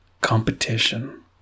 competition